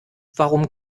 warum